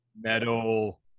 metal